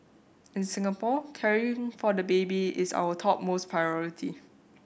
in Singapore caring for the baby is our topmost priority